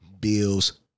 Bills